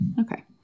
Okay